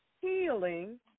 healing